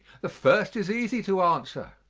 the first is easy to answer.